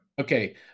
Okay